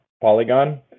Polygon